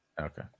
Okay